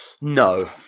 No